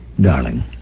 Darling